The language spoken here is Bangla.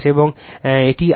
এবং এবং এই I2